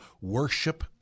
worship